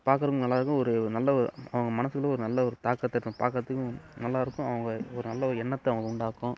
பார்க்கறதுக்கும் நல்லாயிருக்கும் ஒரு நல்ல ஓ அவங்க மனசுக்குள்ளே ஒரு நல்ல ஒரு தாக்கத்தை நம்ம பார்க்கறத்துக்கும் நல்லாயிருக்கும் அவங்க ஒரு நல்ல ஒரு எண்ணத்தை உண்டாக்கும்